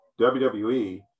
WWE